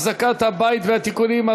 אחזקת הבית והתיקונים),